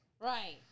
Right